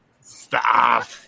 Stop